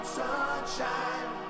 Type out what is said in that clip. sunshine